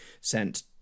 sent